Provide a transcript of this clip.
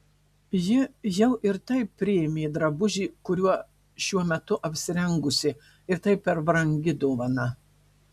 ji jau ir taip priėmė drabužį kuriuo šiuo metu apsirengusi ir tai per brangi dovana